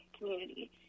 community